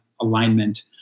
alignment